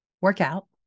workout